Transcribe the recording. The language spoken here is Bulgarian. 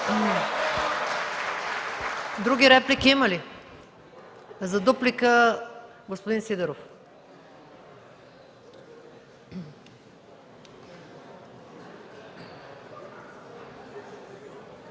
Други реплики има ли? За дуплика – господин Сидеров.